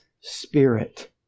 Spirit